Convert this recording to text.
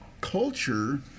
culture